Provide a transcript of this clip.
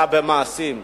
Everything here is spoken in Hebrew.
אלא במעשים.